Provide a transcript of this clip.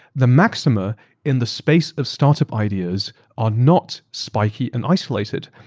the maxima in the space of startup ideas are not spiky and isolated.